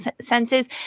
senses